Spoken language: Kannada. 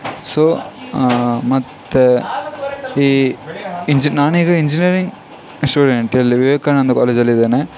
ಸೊ ಮತ್ತೆ ಈ ಇಂಜಿ ನಾನೀಗ ಇಂಜಿನಿಯರಿಂಗ್ ಸ್ಟೂಡೆಂಟ್ ಇಲ್ಲಿ ವಿವೇಕಾನಂದ ಕಾಲೇಜಲ್ಲಿದ್ದೇನೆ